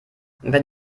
wenn